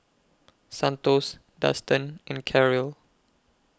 Santos Dustan and Karyl